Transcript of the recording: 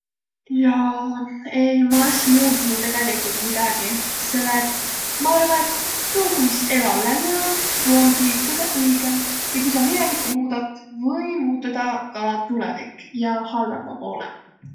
Jaa… Eiq, ma es muutnuq tegeligult midägiq. Selle et, ma arva, et tuu, kuis elo lännüq om, tuu omgiq kõgõ õigõmb. Ja ku sa minevikku muudat, või muutuda ka tulõvik, ja halvõmba poolõ.